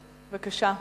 הצבעה.